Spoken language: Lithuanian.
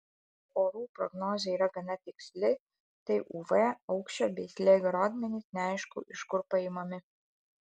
ir jei orų prognozė yra gana tiksli tai uv aukščio bei slėgio rodmenys neaišku iš kur paimami